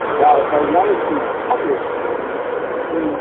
now, if i wanted to publish this to